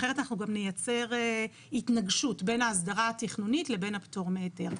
אחרת אנחנו גם נייצר התנגשות בין ההסדרה התכנונית לבין הפטור מהיתר.